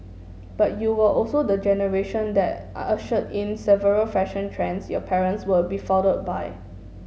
but you were also the generation that ushered in several fashion trends your parents were befuddled by